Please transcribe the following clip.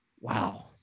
Wow